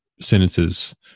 sentences